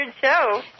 show